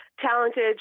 talented